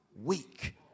weak